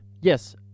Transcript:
yes